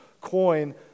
coin